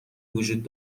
وجود